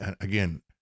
again